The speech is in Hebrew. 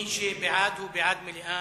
מי שבעד, הוא בעד מליאה.